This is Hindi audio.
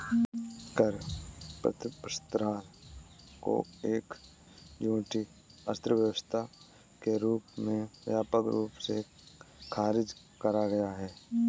कर प्रतिस्पर्धा को एक झूठी अर्थव्यवस्था के रूप में व्यापक रूप से खारिज करा गया है